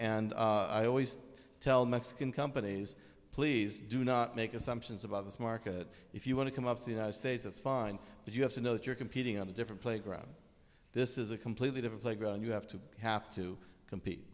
and i always tell mexican companies please do not make assumptions about this market if you want to come up to the united states that's fine but you have to know that you're competing on a different playground this is a completely different playground you have to have to compete